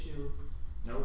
you know